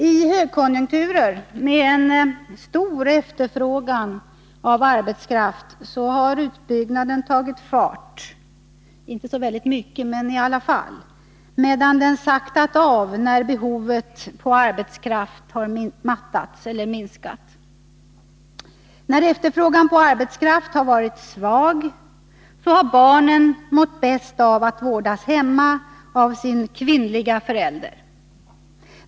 I högkonjunkturer, med stor efterfrågan på arbetskraft, har utbyggnaden tagit fart — visserligen inte så mycket — medan den har saktat av när behovet av arbetskraft har minskat. När efterfrågan på arbetskraft har varit svag har barnen mått bäst av att vårdas hemma av sin kvinnliga förälder.